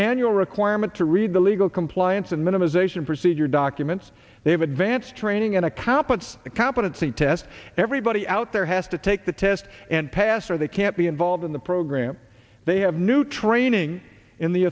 annual requirement to read the legal compliance and minimisation procedure documents they have advanced training and a competence competency test everybody out there has to take the test and pass or they can't be involved in the program they have new training in the